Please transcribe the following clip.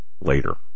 later